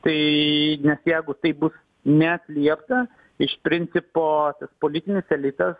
tai nes jeigu tai bus neatliepta iš principo tas politinis elitas